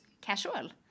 casual